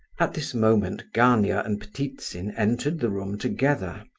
at this moment gania and ptitsin entered the room together,